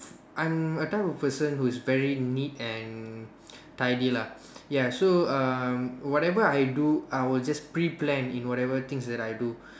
I'm a type of person who is very neat and tidy lah ya so uh whatever I do I will just pre plan in whatever things that I do